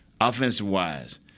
offensive-wise